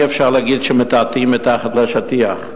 אי-אפשר להגיד שמטאטאים אל מתחת לשטיח,